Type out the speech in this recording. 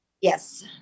Yes